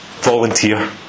volunteer